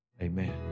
Amen